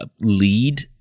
lead